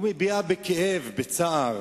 הוא מביע כאב, צער